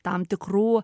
tam tikrų